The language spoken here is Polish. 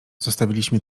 zostawiliśmy